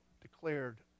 declared